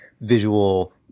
visual